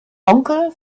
onkel